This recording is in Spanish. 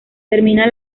termina